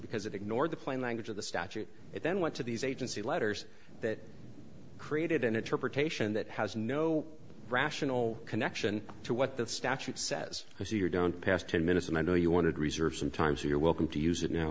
because it ignored the plain language of the statute it then went to these agency letters that created an interpretation that has no rational connection to what that statute says i see you're down past ten minutes and i know you wanted reserve sometimes you're welcome to use it now